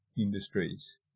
industries